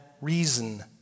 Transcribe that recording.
reason